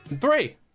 three